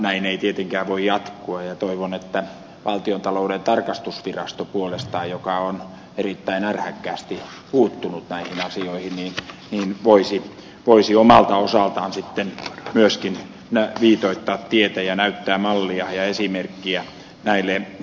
näin ei tietenkään voi jatkua ja toivon että valtiontalouden tarkastusvirasto puolestaan joka on erittäin ärhäkkäästi puuttunut näihin asioihin voisi omalta osaltaan sitten myöskin viitoittaa tietä ja näyttää mallia ja esimerkkiä näille ed